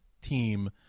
team